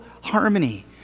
harmony